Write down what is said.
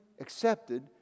Accepted